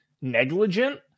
negligent